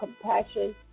compassion